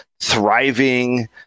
thriving